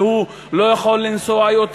הוא לא יכול לנסוע יותר?